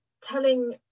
telling